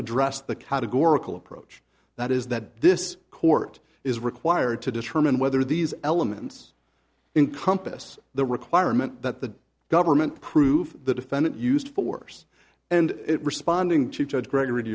address the categorical approach that is that this court is required to determine whether these elements in compass the requirement that the government prove the defendant used force and responding to judge gregory